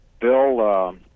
Bill